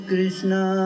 Krishna